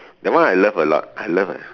that one I love a lot I love a